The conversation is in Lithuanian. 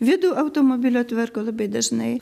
vidų automobilio tvarko labai dažnai